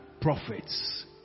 prophets